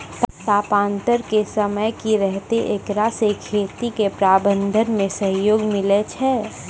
तापान्तर के समय की रहतै एकरा से खेती के प्रबंधन मे सहयोग मिलैय छैय?